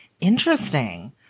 Interesting